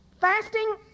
Fasting